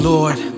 Lord